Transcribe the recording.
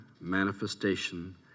manifestation